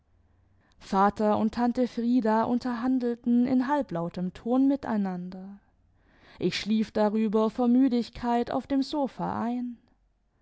vater und tante frieda imterhandelten in halblautem ton miteinander ich schlief darüber vor müdigkeit auf dem sofa ein